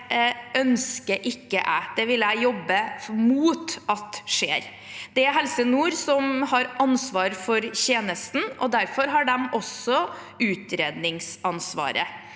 ønsker jeg ikke. Det vil jeg jobbe mot at skjer. Det er Helse Nord som har ansvar for tjenesten, og derfor har de utredningsansvaret.